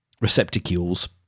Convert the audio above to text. receptacles